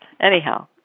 Anyhow